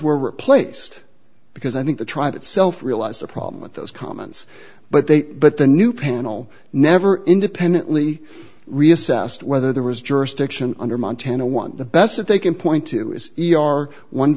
were replaced because i think the tribe itself realized the problem with those comments but they but the new panel never independently reassessed whether there was jurisdiction under montana want the best they can point to is e r one